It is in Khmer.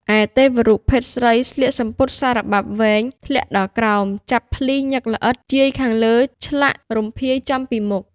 ឯទេវរូបភេទស្រីស្លៀកសំពត់សារបាប់វែង ធ្លាក់ដល់ក្រោម ចាប់ភ្លីញឹកល្អិត ជាយខាងលើឆ្លាក់រំភាយចំពីមុខ។